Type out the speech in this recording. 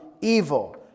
evil